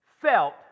felt